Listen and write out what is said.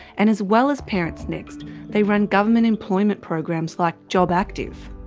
and as well as parentsnext, they run government employment programs like jobactive.